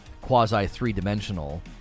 quasi-three-dimensional